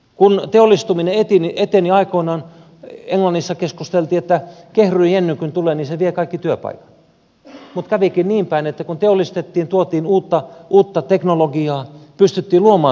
kun teollistuminen eteni aikoinaan englannissa keskusteltiin että kun kehruu jenny tulee niin se vie kaikki työpaikat mutta kävikin niin päin että kun teollistettiin tuotiin uutta teknologiaa pystyttiin luomaan työpaikkoja